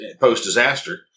post-disaster